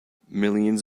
millions